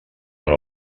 per